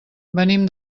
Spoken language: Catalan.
venim